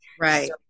right